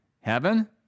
heaven